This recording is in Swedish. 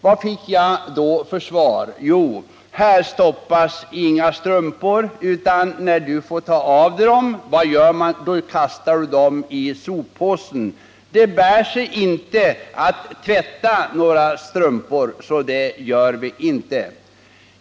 Vad fick jag då för svar? Jo: Här stoppas inga strumpor. När du tar av dig dem kastar du dem i soppåsen. Det bär sig inte att tvätta några strumpor, så det gör vi inte.